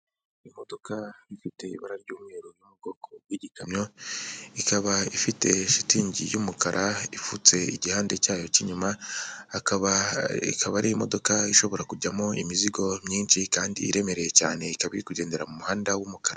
Imodoka ifite ibara ry'umweru iri mu bwoko bw'iyikamyo, ikaba ifite shitingi y'umukara ifutse igihanda cyayo cy'inyuma ikaba ari imodoka ishobora kujyamo imizigo myinshi kandi iremereye cyane, ikaba iri kugendera mu muhanda w'umukara.